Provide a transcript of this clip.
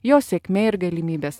jo sėkmė ir galimybės